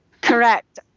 Correct